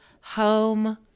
home